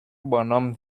bonhomme